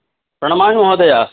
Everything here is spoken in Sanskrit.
प्रणमामि महोदय